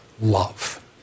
love